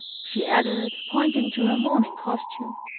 she added, pointing to her mourning costume,